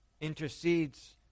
intercedes